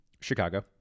Chicago